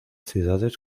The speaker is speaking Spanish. ciudades